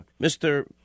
Mr